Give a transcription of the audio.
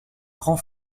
grand